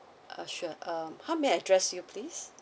uh sure uh how may I address you please